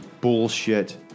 bullshit